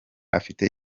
afite